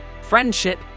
friendship